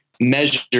measure